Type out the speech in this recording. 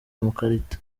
amakarita